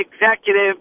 executive